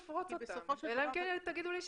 לפרוט אותן אעלא אם כן תגידו לי שאפשר.